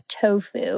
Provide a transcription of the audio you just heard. tofu